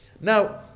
now